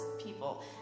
people